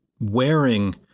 wearing